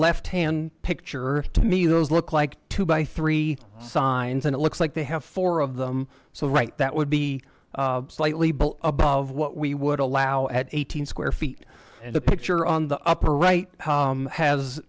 left hand picture to me those look like to buy three signs and it looks like they have four of them so right that would be slightly built above what we would allow at eight hundred square feet and the picture on the upper right